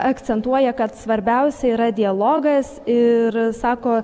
akcentuoja kad svarbiausia yra dialogas ir sako